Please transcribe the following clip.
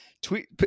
tweet